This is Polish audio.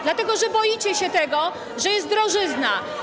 Dlatego, że boicie się tego, że jest drożyzna.